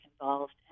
involved